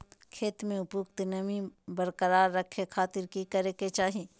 खेत में उपयुक्त नमी बरकरार रखे खातिर की करे के चाही?